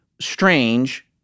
strange